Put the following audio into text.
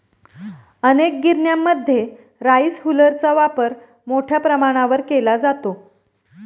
अनेक गिरण्यांमध्ये राईस हुलरचा वापर मोठ्या प्रमाणावर केला जातो